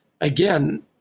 again